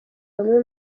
bamwe